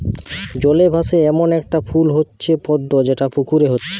জলে ভাসে এ্যামন একটা ফুল হচ্ছে পদ্ম যেটা পুকুরে হচ্ছে